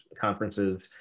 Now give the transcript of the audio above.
conferences